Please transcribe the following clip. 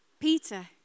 Peter